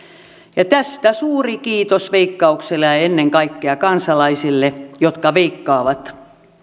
tästä suuri kiitos veikkaukselle ja ja ennen kaikkea kansalaisille jotka veikkaavat